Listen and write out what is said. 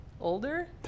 older